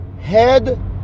head